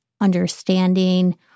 understanding